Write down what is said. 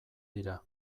dira